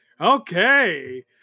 Okay